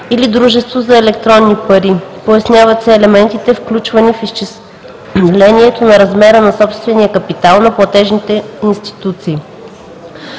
или дружество за електронни пари. Поясняват се елементите, включвани в изчислението на размера на собствения капитал на платежните институции.